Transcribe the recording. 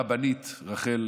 הרבנית רחל,